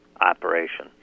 operation